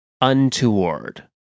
untoward